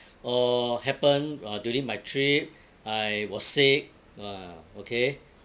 or happen or during my trip I was sick ah okay